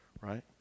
right